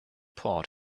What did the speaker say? pod